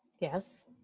Yes